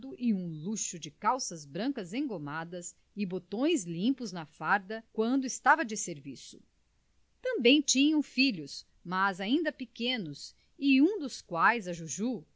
e um luxo de calças brancas engomadas e botões limpos na farda quando estava de serviço também tinham filhos mas ainda pequenos um dos quais a juju